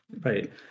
Right